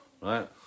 right